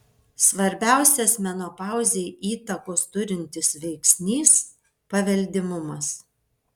svarbiausias menopauzei įtakos turintis veiksnys paveldimumas